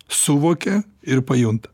suvokia ir pajunta